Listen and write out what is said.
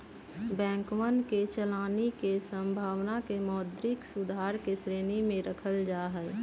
बैंकवन के चलानी के संभावना के मौद्रिक सुधार के श्रेणी में रखल जाहई